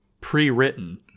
pre-written